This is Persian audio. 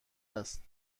است